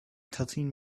thirteen